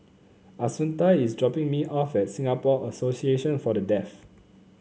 Assunta is dropping me off at Singapore Association For The Deaf